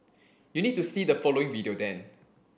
you need to see the following video then